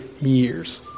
years